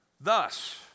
Thus